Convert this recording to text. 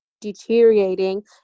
deteriorating